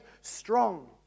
strong